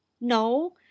No